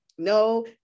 No